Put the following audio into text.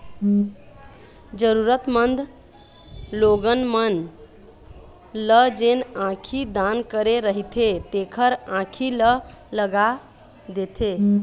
जरुरतमंद लोगन मन ल जेन आँखी दान करे रहिथे तेखर आंखी ल लगा देथे